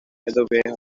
the